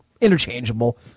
interchangeable